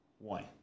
One